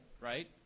right